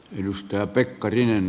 edustaja pekkarinen